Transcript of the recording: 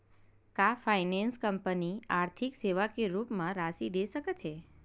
का finance company आर्थिक सेवा के रूप म राशि दे सकत हे?